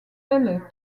elles